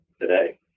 today